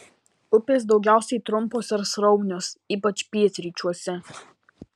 upės daugiausiai trumpos ir sraunios ypač pietryčiuose